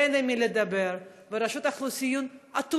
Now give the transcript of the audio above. ואין עם מי לדבר, ורשות האוכלוסין אטומים: